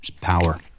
power